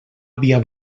havia